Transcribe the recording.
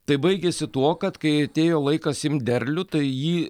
tai baigėsi tuo kad kai atėjo laikas imt derlių tai jį